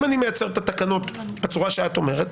אם אני מייצר את התקנות בצורה שאת אומרת